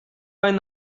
find